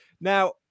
Now